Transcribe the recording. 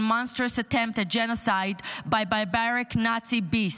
monstrous attempt at genocide by barbaric Nazi beasts.